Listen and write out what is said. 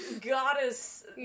goddess